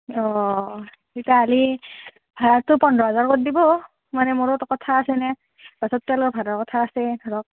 অঁ তিতাহ'লি ভাড়াটো পোন্ধৰ হাজাৰ কৰি দিব মানে মোৰোটো কথা আছে না পাছত তেলৰ ভাড়াৰ কথা আছে ধৰক